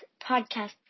podcast